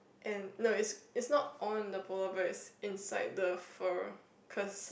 and no it's it's not on the polar bears it's inside the fur cause